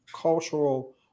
cultural